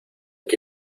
que